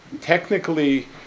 technically